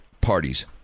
parties